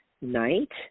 night